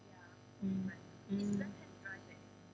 mm mm